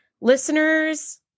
listeners